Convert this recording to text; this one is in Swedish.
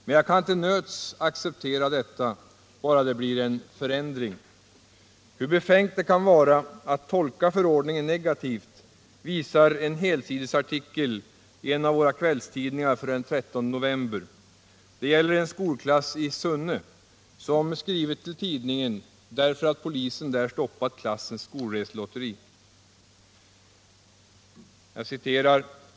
Men jag kan till nöds acceptera detta, bara det blir en förändring. Hur befängt det kan vara att tolka förordningen negativt visar en helsidesartikel i en av våra kvällstidningar för den 13 november. Det gäller en skolklass i Sunne som skrivit till tidningen därför att polisen där stoppat klassens skolreselotteri.